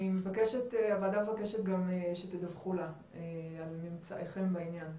הוועדה מבקשת גם שתדווחו לה על ממצאיכם בעניין.